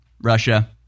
Russia